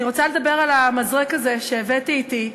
אני רוצה לדבר על המזרק הזה שהבאתי אתי,